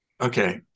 Okay